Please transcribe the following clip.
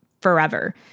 forever